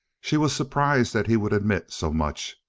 she was surprised that he would admit so much,